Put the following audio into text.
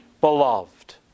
beloved